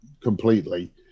completely